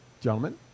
Gentlemen